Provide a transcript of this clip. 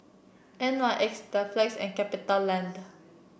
N Y X and Capitaland